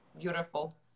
Beautiful